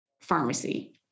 pharmacy